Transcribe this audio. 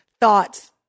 thoughts